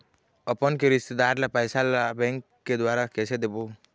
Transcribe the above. अपन के रिश्तेदार ला पैसा ला बैंक के द्वारा कैसे देबो?